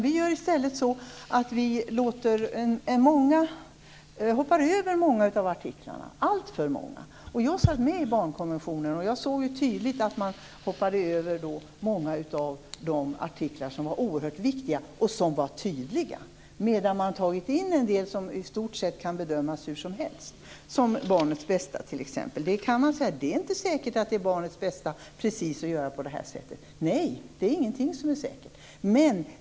I stället hoppar vi över många av artiklarna, alltför många. När det gäller barnkonventionen satt jag med och jag såg tydligt att man hoppade över många av de artiklar som var oerhört viktiga och som var tydliga. Samtidigt har man tagit in många som i stort sett kan bedömas hur som helst, t.ex. den om barnets bästa. Det är inte säkert att det är barnets bästa att göra precis på det här sättet. Ingenting är säkert.